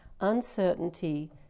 uncertainty